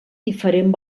diferent